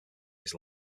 his